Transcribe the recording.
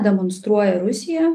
demonstruoja rusija